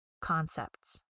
concepts